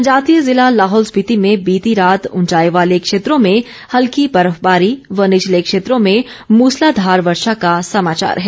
जनजातीय ज़िला लाहौल स्पिति में बीती रात उंचाई वाले क्षेत्रों में हल्की बर्फबारी व निचले क्षेत्रों में मूसलाधार वर्षा का समाचार है